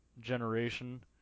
generation